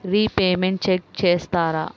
Repayments check చేస్తారా?